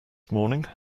morning